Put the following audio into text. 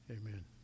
Amen